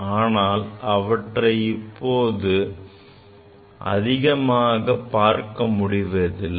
ஆனால் அவற்றை இப்போது அதிகமாக பார்க்க முடிவதில்லை